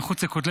מחוץ לכותלי